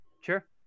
Sure